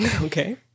Okay